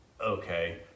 okay